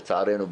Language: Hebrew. לצערנו,